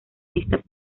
vista